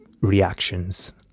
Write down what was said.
reactions